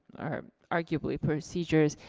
arguably procedures,